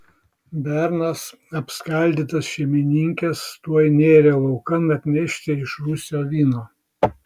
bernas apskaldytas šeimininkės tuoj nėrė laukan atnešti iš rūsio vyno